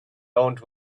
owned